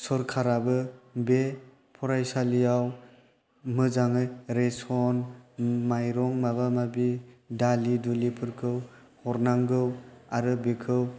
सरखाराबो बे फरायसालिआव मोजाङै रेशन माइरं माबा माबि दालि दुलिफोरखौ हरनांगौ आरो बेखौ